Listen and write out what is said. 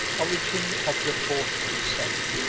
origin of the fourth crusade